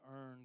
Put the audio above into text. earn